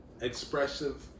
expressive